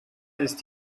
ist